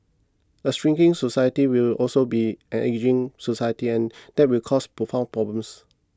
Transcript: a shrinking society will also be an ageing society and that will cause profound problems